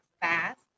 fast